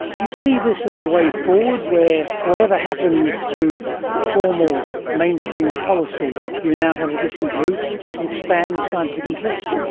do you see this as the way forward, where whatever happens through formal mainstream policy you now have a different route to expand scientific interest?